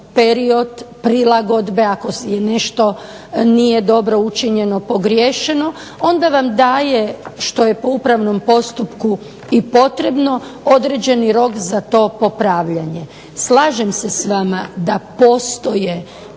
period prilagodbe ako nešto nije dobro učinjeno, pogriješeno, onda vam daje što je po upravnom postupku i potrebno određeni rok za to popravljanje. Slažem se s vama da postoje